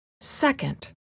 Second